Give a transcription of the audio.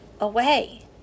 away